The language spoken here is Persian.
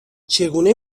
چگونه